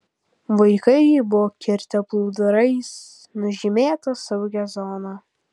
vaikai buvo kirtę plūdurais nužymėta saugią zoną